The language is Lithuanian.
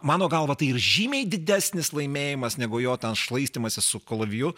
mano galva tai ir žymiai didesnis laimėjimas negu jo ten šlaistymasis su kalaviju